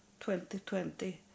2020